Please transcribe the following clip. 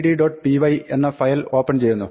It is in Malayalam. py എന്ന ഫയൽ ഓപ്പൺ ചെയ്യുന്നു